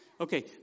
Okay